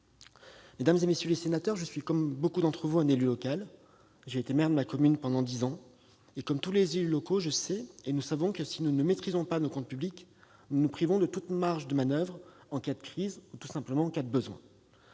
Mesdames, messieurs les sénateurs, je suis, comme nombre d'entre vous, un élu local. J'ai été maire de ma commune pendant près de dix ans et, comme tous les élus locaux, je sais- et nous savons tous -que si nous ne maîtrisons pas nos comptes publics, nous nous privons de toute marge de manoeuvre en cas de crise ou tout simplement en cas de besoin.